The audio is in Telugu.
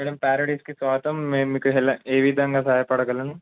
మ్యాడమ్ ప్యారడైజ్కి స్వాగతం మేము మీకు ఎలా ఏ విధంగా సహాయపడగలను